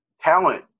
talent